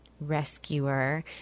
rescuer